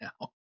now